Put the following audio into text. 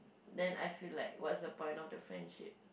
then I feel like what's the point of the friendship